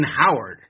Howard